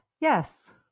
Yes